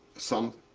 some